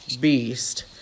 Beast